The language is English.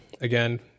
again